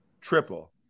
Triple